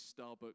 Starbucks